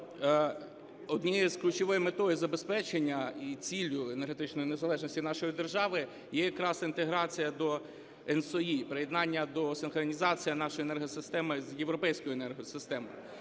однією ключовою метою забезпечення і ціллю енергетичної незалежності нашої держави є якраз інтеграція до ENTSO-E, приєднання до синхронізації нашої енергосистеми з європейською енергосистемою.